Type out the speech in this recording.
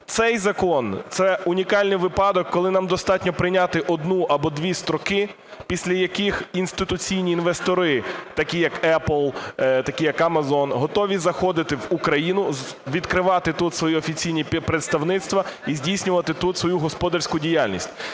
Цей закон – це унікальний випадок, коли нам достатньо прийняти одну або дві строки, після яких інституційні інвестори такі, як Apple, такі, як Amazon, готові заходити в Україну, відкривати тут свої офіційні представництва і здійснювати тут свою господарську діяльність.